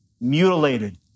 mutilated